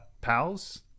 pals